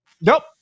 Nope